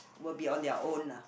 will be on their own lah